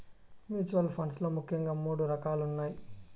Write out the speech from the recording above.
mutual funds లో ముఖ్యంగా మూడు రకాలున్నయ్